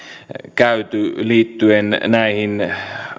käyty liittyen näihin